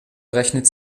rechnet